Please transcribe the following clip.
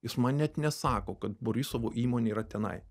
jis man net nesako kad borisovo įmonė yra tenai